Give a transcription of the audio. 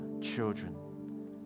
children